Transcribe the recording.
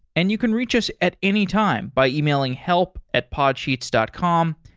and you can reach us at any time by emailing help at podsheets dot com.